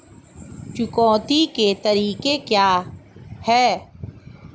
चुकौती के तरीके क्या हैं?